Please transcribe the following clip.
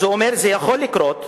אז הוא אומר: זה יכול לקרות,